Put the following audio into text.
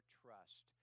trust